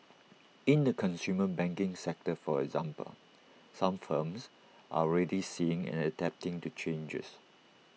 in the consumer banking sector for example some firms are already seeing and adapting to changes